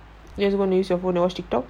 just want to use your phone and watch tiktok